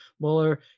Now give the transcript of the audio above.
Muller